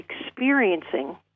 experiencing